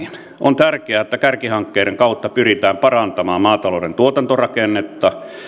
on tärkeää että kärkihankkeiden kautta pyritään parantamaan maatalouden tuotantorakennetta